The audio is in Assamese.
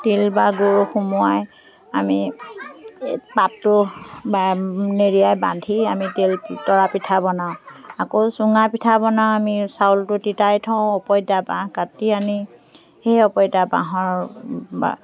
তিল বা গুৰ সুমুৱাই আমি এই পাতটো বা মেৰিয়াই বান্ধি আমি তিল তৰাপিঠা বনাওঁ আকৌ চুঙাপিঠা বনাওঁ আমি চাউলটো তিতাই থওঁ অপঁইতা বাঁহ কাটি আনি সেই অপঁইতা বাঁহৰ বা